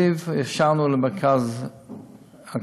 זיו, אישרנו לו מרכז הקרנות.